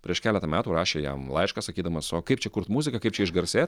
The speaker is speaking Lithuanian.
prieš keletą metų rašė jam laišką sakydamas o kaip čia kurt muziką kaip čia išgarsėt